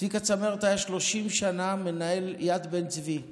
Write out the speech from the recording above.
צביקה צמרת היה 30 שנה מנהל יד בן-צבי,